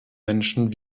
menschen